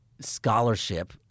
scholarship